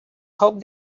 hoped